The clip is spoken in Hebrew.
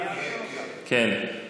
כן, כן.